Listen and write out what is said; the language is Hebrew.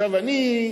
אני,